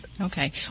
Okay